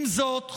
עם זאת,